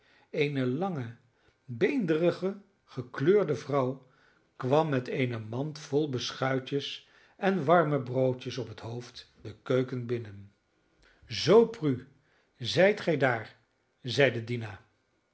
eene lange beenderige gekleurde vrouw kwam met eene mand vol beschuitjes en warme broodjes op het hoofd de keuken binnen zoo prue zijt gij daar zeide dina